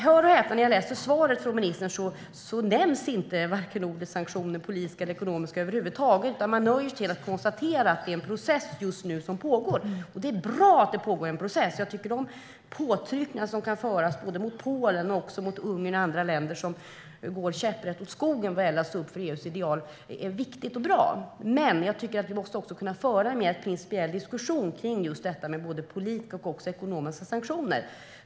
Hör och häpna, i svaret från ministern nämns inte sanktioner över huvud taget, varken politiska eller ekonomiska. Hon nöjer sig med att konstatera att en process pågår just nu. Det är bra att det pågår en process. De påtryckningar som kan göras mot Polen och Ungern och andra länder där det går käpprätt åt skogen vad gäller att stå upp för EU:s ideal är viktiga och bra. Men vi måste också kunna föra en mer principiell diskussion om just politiska och ekonomiska sanktioner.